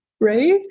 Right